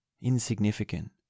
insignificant